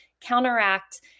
counteract